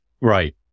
Right